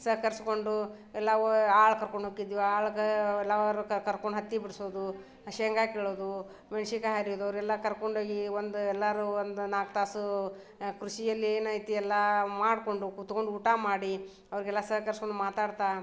ಸಹಕರ್ಸ್ಕೊಂಡು ಎಲ್ಲವೋ ಆಳು ಕರ್ಕೊಂಡು ಹೋಕ್ಕಿದ್ವಿ ಆಳ್ಗಾಳೆಲ್ಲರೂ ಕರ್ಕೊಂಡು ಹತ್ತಿ ಬಿಡಿಸೋದು ಶೇಂಗಾ ಕೀಳೋದು ಮೆಣಸಿನ್ಕಾಯಿ ಹರಿಯೋದು ಅವರೆಲ್ಲ ಕರ್ಕೊಂಡು ಹೋಗಿ ಒಂದು ಎಲ್ಲರೂ ಒಂದು ನಾಲ್ಕು ತಾಸು ಕೃಷಿಯಲ್ಲಿ ಏನಾಯ್ತು ಎಲ್ಲ ಮಾಡಿಕೊಂಡು ಕುತ್ಕೊಂಡು ಊಟ ಮಾಡಿ ಅವರಿಗೆಲ್ಲ ಸಹಕರ್ಸ್ಕೊಂಡು ಮಾತಾಡ್ತಾ